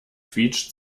quietscht